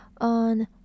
on